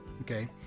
Okay